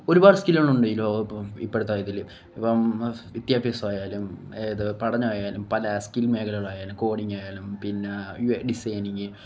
ഒരുപാട് സ്കില്ലുകളുണ്ട് ഈ ലോകമിപ്പോള് ഇപ്പോഴത്തെ ഇതില് ഇപ്പോള് വിദ്യാഭ്യാസമായാലും ഇതു പഠനമായാലും പല സ്കിൽ മേഖലകളായാലും കോഡിങ്ങായാലും പിന്നേ ഡിസൈനിങ്ങ്